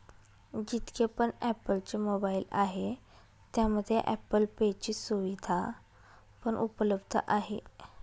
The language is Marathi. जितके पण ॲप्पल चे मोबाईल आहे त्यामध्ये ॲप्पल पे ची सुविधा पण उपलब्ध आहे